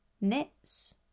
knits